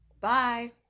Bye